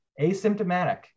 asymptomatic